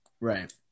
Right